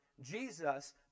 Jesus